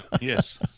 yes